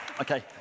Okay